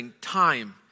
time